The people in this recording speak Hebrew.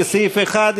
לסעיף 1,